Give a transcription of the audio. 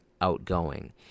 outgoing